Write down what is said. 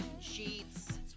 sheets